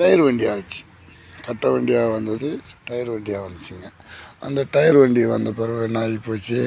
tyre வண்டியாச்சு கட்டவண்டியாக வந்தது டயர் வண்டியாக வந்துச்சிங்க அந்த டயர் வண்டி வந்த பிறவு என்னாயிப்போச்சு